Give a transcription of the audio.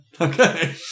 okay